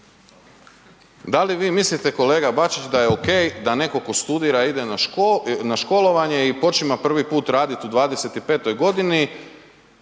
Da li vi mislite, kolega Bačić da je okej da netko tko studira ide na školovanje i počima prvi put raditi u 25. g.,